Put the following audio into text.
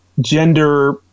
gender